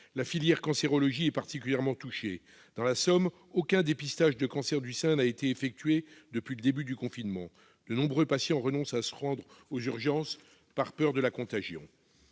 La filière cancérologie est particulièrement touchée. Dans la Somme, aucun dépistage de cancer du sein n'a été réalisé depuis le début du confinement. De nombreux patients renoncent à se rendre aux urgences par peur de la contagion.